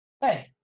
hey